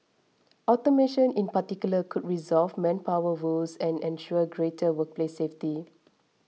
automation in particular could resolve manpower woes and ensure greater workplace safety